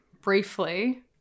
briefly